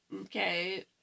okay